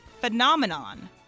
phenomenon